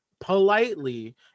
politely